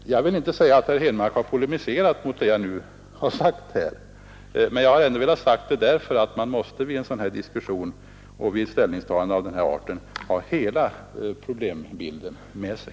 Jag vill inte säga att herr Henmark har polemiserat mot vad jag nu har sagt, men jag har ändå velat ge uttryck åt min uppfattning; i en diskussion och vid ett ställningstagande av denna art måste man ha hela problembilden klar.